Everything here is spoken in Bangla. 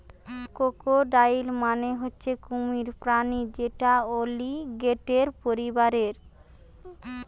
ক্রোকোডাইল মানে হচ্ছে কুমির প্রাণী যেটা অলিগেটের পরিবারের